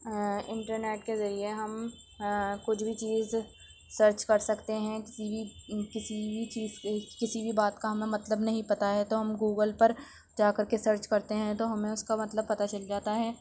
internet کے ذریعہ ہم کچھ بھی چیز سرچ کر سکتے ہیں کسی بھی کسی بھی چیز کسی بھی بات کا ہمیں مطلب نہیں پتہ ہے تو ہم گوگل پر جا کر کے سرچ کرتے ہیں تو ہمیں اس کا مطلب پتہ چل جاتا ہے